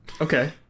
Okay